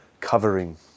Covering